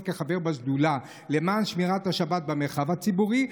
כחבר בשדולה למען שמירת השבת במרחב הציבורי.